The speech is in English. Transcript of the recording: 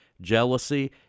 jealousy